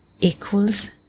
equals